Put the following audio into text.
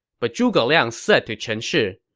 but zhuge liang said to chen shi,